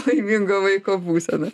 laimingo vaiko būsena